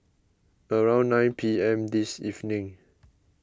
around nine P M this evening